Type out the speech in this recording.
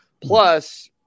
Plus